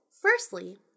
firstly